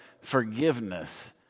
forgiveness